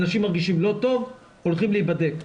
אנשים מרגישים לא טוב והולכים להיבדק.